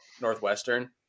Northwestern